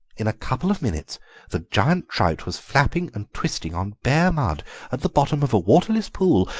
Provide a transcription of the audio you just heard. in a couple of minutes the giant trout was flapping and twisting on bare mud at the bottom of a waterless pool,